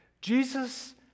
Jesus